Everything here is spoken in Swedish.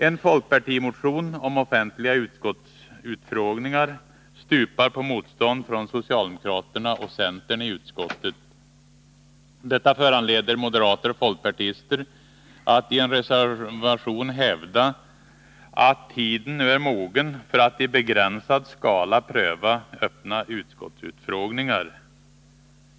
En folkpartimotion om offentliga utskottsutfrågningar stupar på motstånd från socialdemokraterna och centern i utskottet. Moderater och folkpartister hävdar i en reservation ”att tiden nu är mogen för att i begränsad skala pröva Nr 108 öppna utskottsutfrågningar”.